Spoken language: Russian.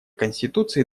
конституции